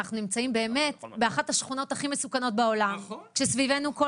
אנחנו נמצאים באמת באחת השכונות הכי מסוכנות בעולם כשסבבנו כל